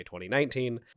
2019